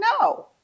No